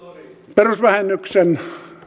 perusvähennyksen